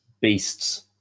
Beasts